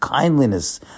kindliness